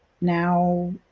now